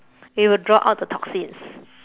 it will draw out the toxins